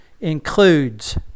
includes